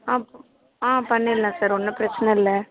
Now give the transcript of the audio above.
ஆ பண்ணிடலாம் சார் ஒன்றும் பிரச்சனை இல்லை